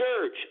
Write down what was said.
church